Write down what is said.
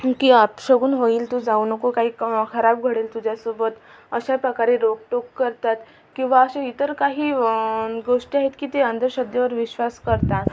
की अपशकुन होईल तू जाऊ नको काही खराब घडेल तुझ्यासोबत अशाप्रकारे रोकटोक करतात किंवा असे इतर काही गोष्टी आहेत की ते अंधश्रद्धेवर विश्वास करतात